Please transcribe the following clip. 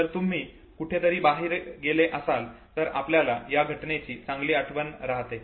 जर तुम्ही कुठेतरी बाहेर गेले असाल तर आपल्याला त्या घटनेची चांगली आठवण राहते